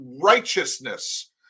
righteousness